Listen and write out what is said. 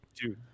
dude